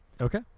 Okay